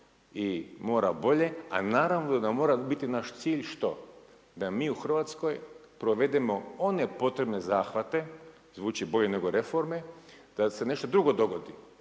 i mora bolje, a naravno da mora biti naš cilj što? Da mi u Hrvatskoj provedemo one potrebne zahvate, zvuči bolje nego reforme da se nešto drugo dogodi,